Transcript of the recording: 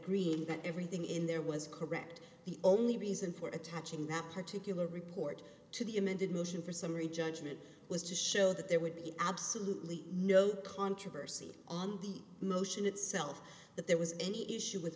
that everything in there was correct the only reason for attaching that particular report to the amended motion for summary judgment was to show that there would be absolutely no controversy on the motion itself that there was any issue with